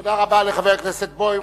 תודה רבה לחבר הכנסת בוים.